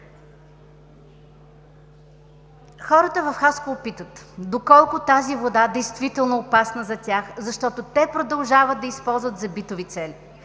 Хората в Хасково питат доколко тази вода е действително опасна за тях, защото продължават да я използват за битови цели.